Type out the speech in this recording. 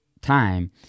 time